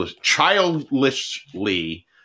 childishly